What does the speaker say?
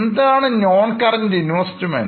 എന്താണ്നോൺകറൻറ്റ്Investment